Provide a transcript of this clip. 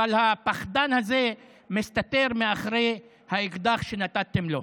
אבל הפחדן הזה מסתתר מאחורי האקדח שנתתם לו.